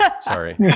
sorry